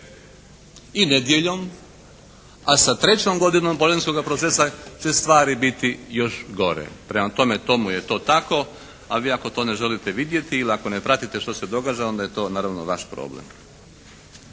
i nedjeljom a sa trećom godinom bolonjskoga procesa će stvari biti još gore. Prema tome tomu je to tako, a vi ako to ne želite vidjeti ili ako ne pratite što se događa onda je to naravno vaš problem.